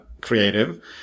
creative